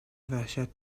وحشت